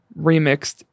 remixed